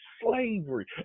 slavery